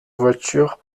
voiture